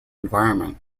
environment